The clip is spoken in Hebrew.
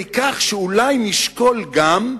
עד כדי כך שאולי נשקול גם,